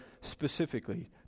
specifically